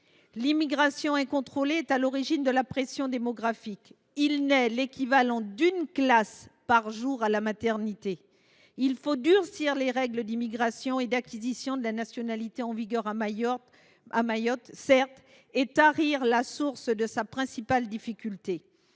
L’immigration incontrôlée est à l’origine de la pression démographique : il naît l’équivalent d’une classe par jour à la maternité. Il faut certes durcir les règles d’immigration et d’acquisition de la nationalité en vigueur à Mayotte et tarir ainsi la principale difficulté